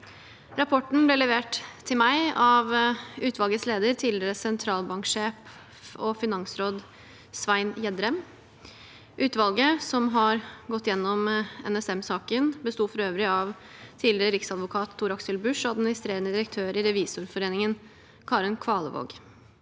Rapporten ble levert til meg av utvalgets leder, tidligere sentralbanksjef og finansråd Svein Gjedrem. Utvalget som har gått gjennom NSMsaken, besto for øvrig av tidligere riksadvokat Tor-Aksel Busch og administrerende direktør i Revisorforeningen Karen Kvalevåg.